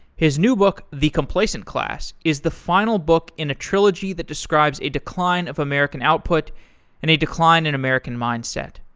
his new book, the complacent class, is the final book in a trilogy that describes a decline of american output and a decline in the american mindset.